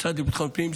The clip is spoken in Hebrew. במשרד לביטחון לאומי,